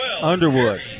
Underwood